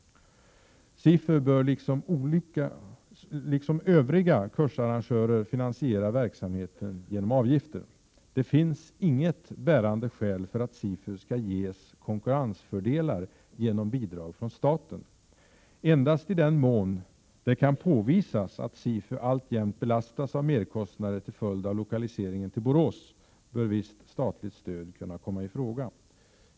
SIFU bör liksom övriga kursarrangörer finansiera verksamheten genom avgifter. Det finns inget bärande skäl för att SIFU skall ges konkurrensfördelar genom bidrag från staten. Endast i den mån det kan påvisas att SIFU alltjämt belastas av merkostnader till följd av lokaliseringen till Borås bör visst statligt stöd kunna komma i fråga.